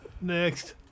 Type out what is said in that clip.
Next